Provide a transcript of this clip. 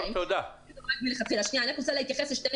כמות השחקנים גדלה השנה משמעותית,